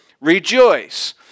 rejoice